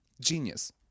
genius